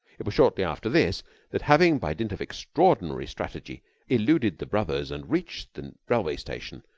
it was shortly after this that, having by dint of extraordinary strategy eluded the brothers and reached the railway-station,